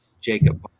jacob